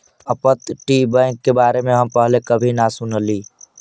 अपतटीय बैंक के बारे में हम पहले कभी न सुनली